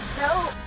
No